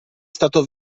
stato